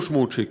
ל-2,300 שקל.